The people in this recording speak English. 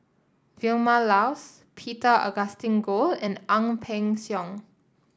Vilma Laus Peter Augustine Goh and Ang Peng Siong